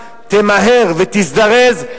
תמהר ותזדרז,